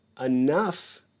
enough